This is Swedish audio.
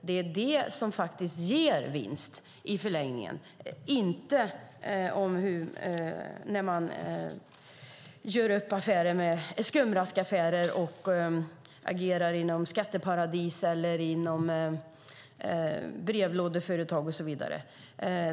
Det är det som ger vinst i förlängningen, inte att man gör upp skumraskaffärer, agerar inom skatteparadis eller inom brevlådeföretag och så vidare.